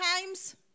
times